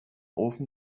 ofen